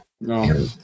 No